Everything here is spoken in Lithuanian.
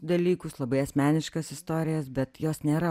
dalykus labai asmeniškas istorijas bet jos nėra